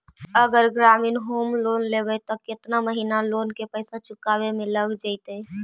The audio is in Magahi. अगर ग्रामीण होम लोन लेबै त केतना महिना लोन के पैसा चुकावे में लग जैतै?